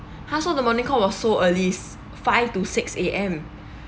!huh! so the morning call was so early s~ five to six A_M